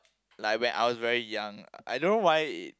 like when I was very young I don't know why it